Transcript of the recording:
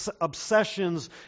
obsessions